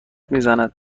میزند